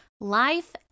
Life